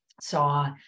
saw